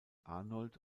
arnold